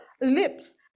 lips